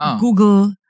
Google